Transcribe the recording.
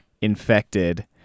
infected